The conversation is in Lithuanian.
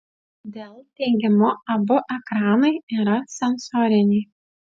dell teigimu abu ekranai yra sensoriniai